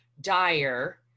dire